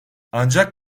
ancak